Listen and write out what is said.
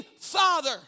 father